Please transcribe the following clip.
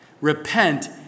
Repent